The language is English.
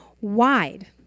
wide